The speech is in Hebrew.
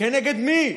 כנגד מי?